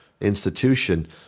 institution